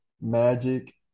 Magic